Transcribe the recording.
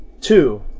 Two